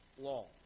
law